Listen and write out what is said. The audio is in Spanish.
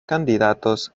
candidatos